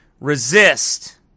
Resist